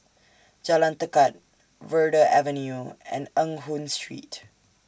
Jalan Tekad Verde Avenue and Eng Hoon Street